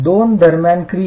दोन दरम्यान क्रिया